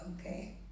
Okay